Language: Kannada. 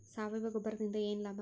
ಸಾವಯವ ಗೊಬ್ಬರದಿಂದ ಏನ್ ಲಾಭ?